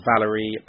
Valerie